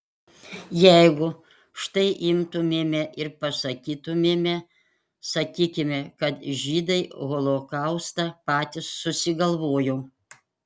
jeigu štai imtumėme ir pasakytumėme sakykime kad žydai holokaustą patys susigalvojo